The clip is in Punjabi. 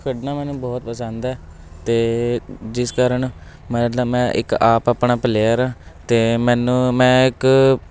ਖੇਡਣਾ ਮੈਨੂੰ ਬਹੁਤ ਪਸੰਦ ਹੈ ਅਤੇ ਜਿਸ ਕਾਰਨ ਮਤਲਬ ਮੈਂ ਇੱਕ ਆਪ ਆਪਣਾ ਪਲੇਅਰ ਹਾਂ ਅਤੇ ਮੈਨੂੰ ਮੈਂ ਇੱਕ